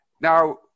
Now